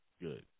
good